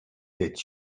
that